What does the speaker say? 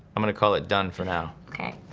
i'm gonna call it done for now. okay,